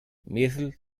مثل